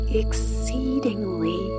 exceedingly